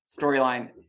storyline